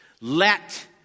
Let